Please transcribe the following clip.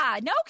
no